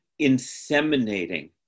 inseminating